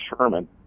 Sherman